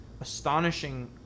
astonishing